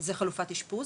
זה חלופת אשפוז,